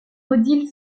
odile